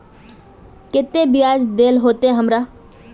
केते बियाज देल होते हमरा?